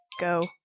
Go